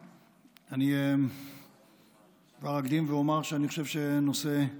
אני אקדים ואומר שאני חושב שהנושא הוא